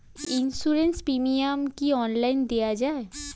Insurance premium কি online দেওয়া যায়?